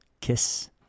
kiss